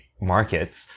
markets